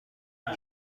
این